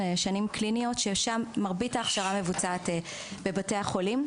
מדובר בשנים קליניות שמרבית ההכשרה מבוצעת בבתי החולים.